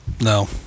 No